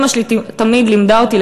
אימא שלי תמיד לימדה אותי,